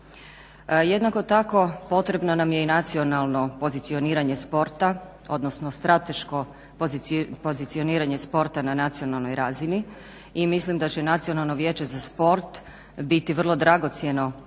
Jednako tako potrebno nam je i nacionalno pozicioniranje sporta odnosno strateško pozicioniranje sporta na nacionalnoj razini i mislim da će nacionalno vijeće za sport biti vrlo dragocjeno